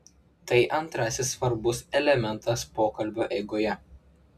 tai antrasis svarbus elementas pokalbio eigoje